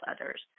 others